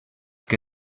que